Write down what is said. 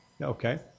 Okay